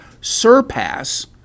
SURPASS